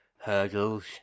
hurdles